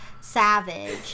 Savage